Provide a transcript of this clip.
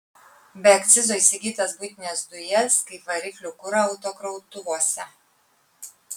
be akcizo įsigytas buitines dujas kaip variklių kurą autokrautuvuose